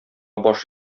баш